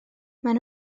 maen